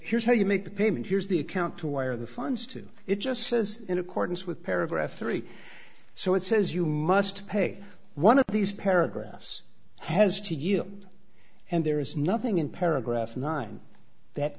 here's how you make the payment here's the account to wire the funds to it just says in accordance with paragraph three so it says you must pay one of these paragraphs has to yield and there is nothing in paragraph nine that